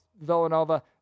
Villanova